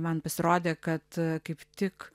man pasirodė kad kaip tik